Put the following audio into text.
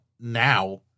now